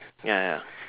ya ya